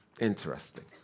interesting